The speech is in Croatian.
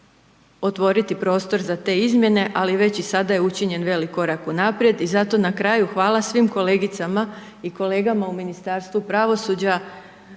otvoriti prostor za te izmjene, ali već i sada je učinjen veliki korak unaprijed i zato na kraju hvala svim kolegicama i kolegama u Ministarstvu pravosuđa,